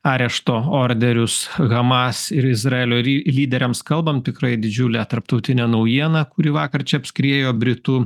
arešto orderius hamas ir izraelio lyderiams kalbam tikrai didžiulė tarptautinė naujiena kuri vakar čia apskriejo britų